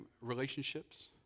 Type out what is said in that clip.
relationships